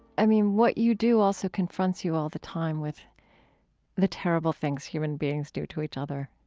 i mean, what you do also confronts you all the time with the terrible things human beings do to each other.